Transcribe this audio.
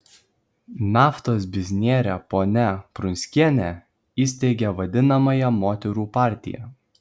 naftos biznierė ponia prunskienė įsteigė vadinamąją moterų partiją